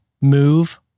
move